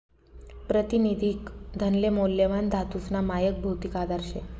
प्रातिनिधिक धनले मौल्यवान धातूसना मायक भौतिक आधार शे